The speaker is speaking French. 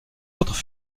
autres